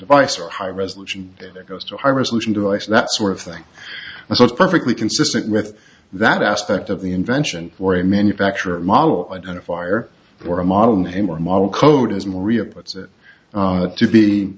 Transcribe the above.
device or high resolution that goes to high resolution devices that sort of thing so it's perfectly consistent with that aspect of the invention or a manufacturer model identifier or a model name or model code is morea puts it to be